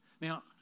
Now